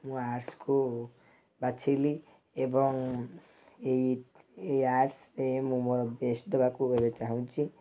ମୁଁ ଆର୍ଟ୍ସ୍କୁ ବାଛିଲି ଏବଂ ଏଇ ଏଇ ଆର୍ଟ୍ସ୍ରେ ମୁଁ ମୋର ବେଷ୍ଟ୍ ଦେବାକୁ ଚାହୁଁଛି